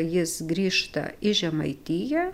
jis grįžta į žemaitiją